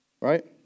right